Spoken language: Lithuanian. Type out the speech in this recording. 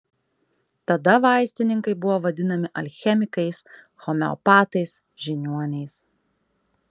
tada vaistininkai buvo vadinami alchemikais homeopatais žiniuoniais